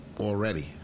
Already